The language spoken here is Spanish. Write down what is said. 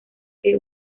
que